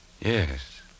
Yes